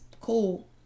Cool